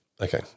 Okay